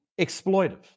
exploitive